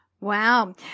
Wow